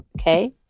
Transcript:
Okay